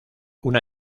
una